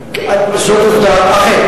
זאת גם עובדה.